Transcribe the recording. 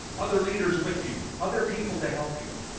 other leaders with you, other people to help you.